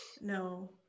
No